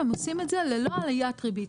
הם עושים את זה ללא עליית ריבית.